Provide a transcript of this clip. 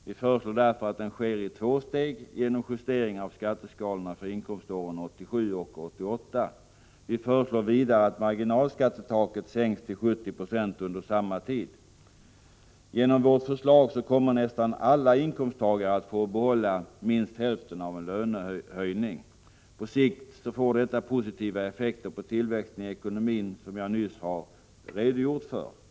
Vi föreslår därför att den sker i två steg genom justering av skatteskalorna för inkomståren 1987 och 1988. Vi föreslår vidare att marginalskattetaket sänks till 70 26 under samma tid. Genom vårt förslag kommer nästan alla inkomsttagare att få behålla minst hälften av en lönehöjning. På sikt får detta positiva effekter på tillväxten i ekonomin, vilket jag nyss redogjorde för.